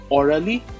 orally